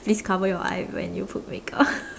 please cover your eyes when you put make up